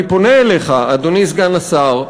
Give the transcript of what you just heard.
אני פונה אליך, אדוני סגן השר,